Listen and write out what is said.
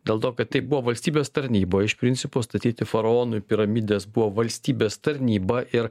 dėl to kad tai buvo valstybės tarnyboj iš principo statyti faraonui piramides buvo valstybės tarnyba ir